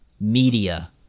media